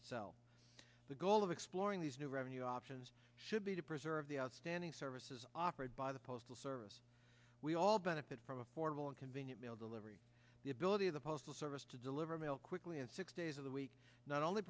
itself the goal of exploring these new revenue options should be to preserve the outstanding services offered by the postal service we all benefit from affordable and convenient mail delivery the ability of the postal service to deliver mail quickly in six days of the week not only